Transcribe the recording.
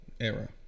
Era